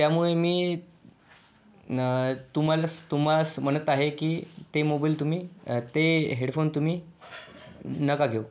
त्यामुळे मी तुम्हालास तुम्हास म्हणत आहे की ते मोबाईल तुम्ही ते हेडफोन तुम्ही नका घेऊ